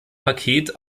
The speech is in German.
paket